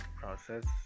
process